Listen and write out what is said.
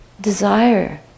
desire